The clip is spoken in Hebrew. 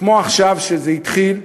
כמו עכשיו שזה התחיל,